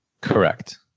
Correct